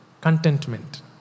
Contentment